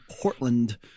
Portland